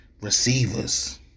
receivers